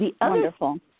Wonderful